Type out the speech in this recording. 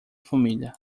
família